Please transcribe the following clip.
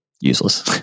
useless